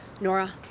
Nora